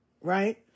right